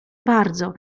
bardzo